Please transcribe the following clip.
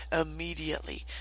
immediately